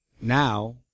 Now